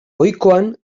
ohikoan